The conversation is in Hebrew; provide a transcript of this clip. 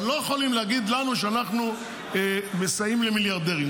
אבל הם לא יכולים להגיד לנו שאנחנו מסייעים למיליארדרים.